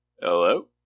Hello